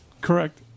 Correct